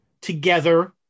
together